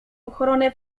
ochronę